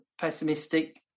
pessimistic